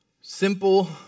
simple